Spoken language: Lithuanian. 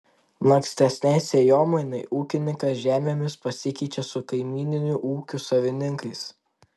lankstesnei sėjomainai ūkininkas žemėmis pasikeičia su kaimyninių ūkių savininkais